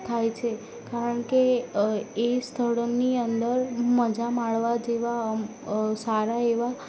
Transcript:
થાય છે કારણ કે એ સ્થળની અંદર મજા માણવા જેવાં સારા એવાં